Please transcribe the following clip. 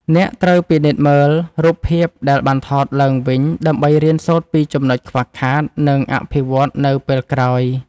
អ្នកត្រូវពិនិត្យមើលរូបភាពដែលបានថតឡើងវិញ ដើម្បីរៀនសូត្រពីចំណុចខ្វះខាត និងអភិវឌ្ឍនៅពេលក្រោយ។